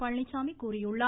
பழனிச்சாமி கூறியுள்ளார்